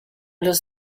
los